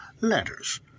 letters